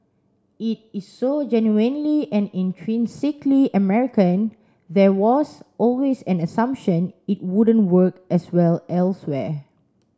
it is so genuinely and intrinsically American there was always an assumption it wouldn't work as well elsewhere